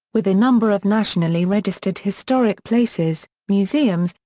with a number of nationally registered historic places, museums,